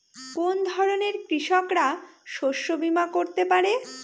কোন ধরনের কৃষকরা শস্য বীমা করতে পারে?